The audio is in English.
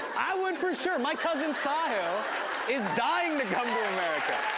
i would for sure. my cousin sahil is dying to come to america.